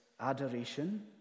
adoration